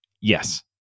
Yes